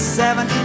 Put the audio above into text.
seven